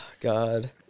God